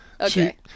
Okay